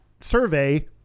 survey